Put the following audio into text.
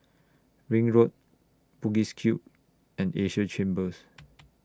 Ring Road Bugis Cube and Asia Chambers